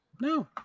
No